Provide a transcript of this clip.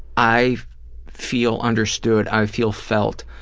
i feel understood. i feel felt.